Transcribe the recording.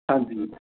ਹਾਂਜੀ